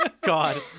God